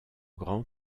grands